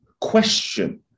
question